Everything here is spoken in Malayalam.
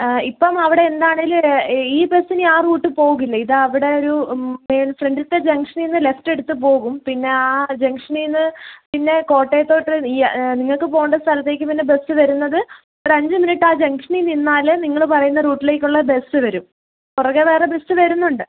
ഇപ്പം അവിടെ എന്താണേലും ഈ ബസ് ഇനി ആ റൂട്ടിൽ പോകില്ല ഇത് അവിടെ ഒരു മേൾ ഫ്രണ്ടിലത്തെ ജങ്ഷനിൽ നിന്നു ലെഫ്റ്റ് എടുത്തു പോകും പിന്നെ ആ ജങ്ഷനിൽ നിന്ന് പിന്നെ കോട്ടയത്തോട്ട് നിങ്ങൾക്ക് പോകണ്ട സ്ഥലത്തേക്ക് പിന്ന ബസ് വരുന്നത് ഒരു അഞ്ച് മിനിറ്റ് ആ ജങ്ഷനിൽ നിന്നാൽ നിങ്ങൾ പറയുന്ന റൂട്ടിലേക്കുള്ള ബസ് വരൂ പുറകെ വേറെ ബസ് വരുന്നുണ്ട്